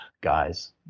guys